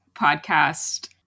podcast